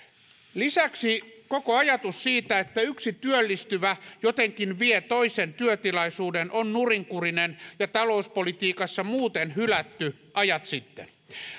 lisäksi koko ajatus siitä että yksi työllistyvä jotenkin vie toisen työtilaisuuden on nurinkurinen ja talouspolitiikassa muuten hylätty ajat sitten